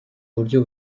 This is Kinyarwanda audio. buryo